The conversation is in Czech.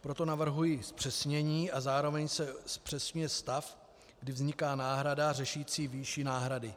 Proto navrhuji zpřesnění a zároveň se zpřesňuje stav, kdy vzniká náhrada řešící výši náhrady.